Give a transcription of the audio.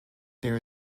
there